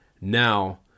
now